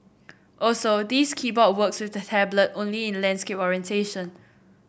also this keyboard works with the tablet only in landscape orientation